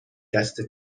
دسته